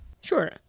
Sure